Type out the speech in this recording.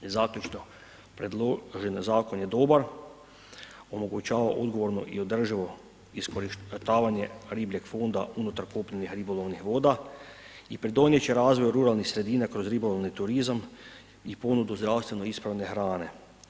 Zaključno, predložen zakon je dobar, omogućava odgovorno i održivo iskorištavanje ribljeg fonda unutar kopnenih ribolovnih voda i pridonijeti će razvoju ruralnih sredina kroz ribolovni turizam i ponudu zdravstveno ispravne hrane.